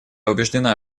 убеждена